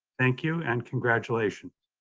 thank you and congratulations.